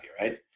right